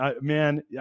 man